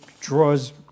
draws